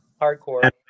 hardcore